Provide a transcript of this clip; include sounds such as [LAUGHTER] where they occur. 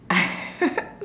[LAUGHS]